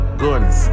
guns